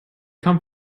come